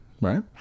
right